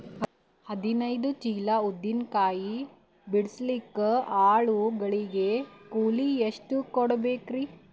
ಹದಿನೈದು ಚೀಲ ಉದ್ದಿನ ಕಾಯಿ ಬಿಡಸಲಿಕ ಆಳು ಗಳಿಗೆ ಕೂಲಿ ಎಷ್ಟು ಕೂಡಬೆಕರೀ?